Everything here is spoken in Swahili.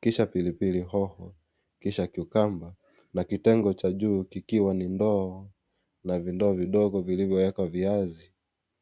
kisha pilipili hoho kisha cucumba na kitengo cha juu kikiwa ni ndoo na vindoo vidogo vilivyowekwa viazi.